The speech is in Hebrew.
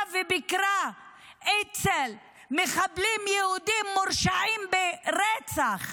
וביקרה אצל מחבלים יהודים מורשעים ברצח,